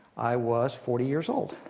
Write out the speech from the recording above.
i was forty years old,